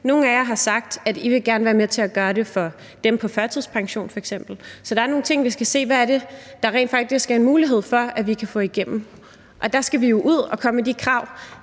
Nogle af jer har sagt, at I f.eks. gerne vil være med til at gøre det for dem, der er på førtidspension. Så der er nogle ting, hvor vi skal se på, hvad der faktisk er mulighed for at få igennem. Der skal vi jo komme med de krav,